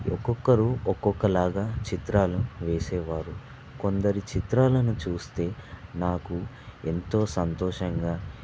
ఒక్కొక్కరు ఒక్కొక్కలాగా చిత్రాలను వేసేవారు కొందరి చిత్రాలను చూస్తే నాకు ఎంతో సంతోషంగా